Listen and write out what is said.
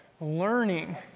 learning